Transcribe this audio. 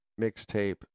mixtape